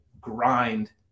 grind